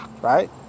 right